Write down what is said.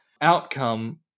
outcome